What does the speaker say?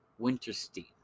Winterstein